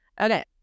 Okay